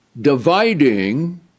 dividing